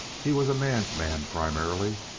he was a man's man primarily,